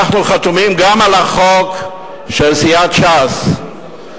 אנחנו חתומים גם על החוק של סיעת ש"ס.